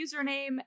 username